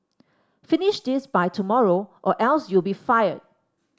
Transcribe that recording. finish this by tomorrow or else you'll be fired